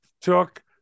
took